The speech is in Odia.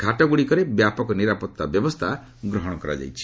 ଘାଟଗୁଡ଼ିକରେ ବ୍ୟାପକ ନିରାପତ୍ତା ବ୍ୟବସ୍ଥା ଗ୍ରହଣ କରାଯାଇଛି